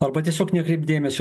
arba tiesiog nekreipt dėmesio